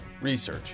research